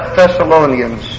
Thessalonians